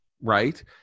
right